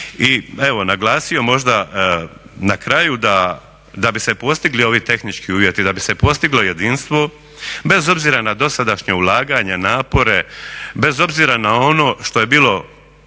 i evo naglasio možda na kraju da bi se postigli ovi tehnički uvjeti, da bi se postiglo jedinstvo bez obzira na dosadašnja ulaganja, napore, bez obzira na ono što je bilo